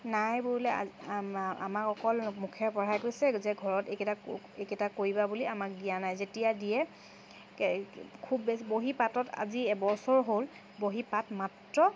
নাই বোলে আমাক অকল মুখেৰে পঢ়াই গৈছে যে ঘৰত এইকেইটা এইকেইটা কৰিবা বুলি আমাক দিয়া নাই যেতিয়া দিয়ে খুব বহী পাতত আজি এবছৰ হ'ল বহী পাত মাত্ৰ